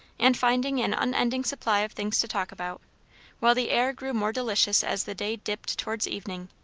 and finding an unending supply of things to talk about while the air grew more delicious as the day dipped towards evening,